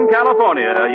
California